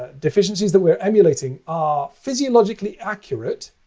deficiencies that we're emulating are physiologically accurate